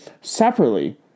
separately